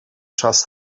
czas